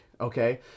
okay